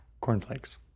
Cornflakes